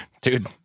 Dude